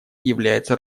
является